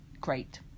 great